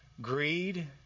greed